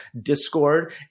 Discord